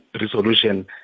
resolution